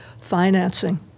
financing